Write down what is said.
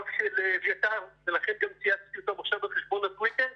הוריו של אביתר ולכן גם תיעדתי אותם עכשיו בחשבון הטוויטר.